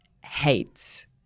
hates